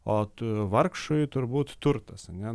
o tu vargšui turbūt turtas ane